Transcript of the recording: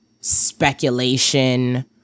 speculation